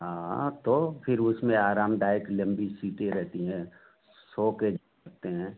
हाँ तो फिर उसमें आरामदायक लंबी सीटें रहती हैं सकते हैं